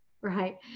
right